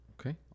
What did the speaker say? Okay